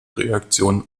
reaktion